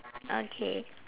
okay